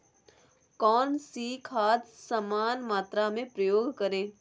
कौन सी खाद समान मात्रा में प्रयोग करें?